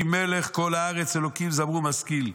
כי מלך כל הארץ אלהים זמרו משכיל.